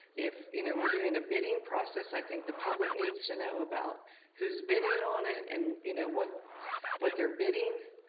if you know we're doing a bidding process, i think the public needs to know about who's bidding on it and you know what what they're bidding,